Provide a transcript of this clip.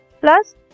plus